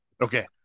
Okay